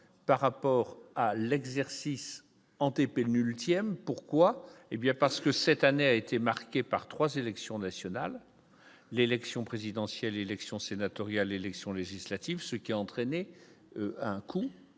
Par rapport à l'exercice antépénultième pourquoi hé bien parce que cette année a été marquée par 3 sélections nationales, l'élection présidentielle élections sénatoriales, élections législatives, ce qui a entraîné. Un coût